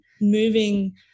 moving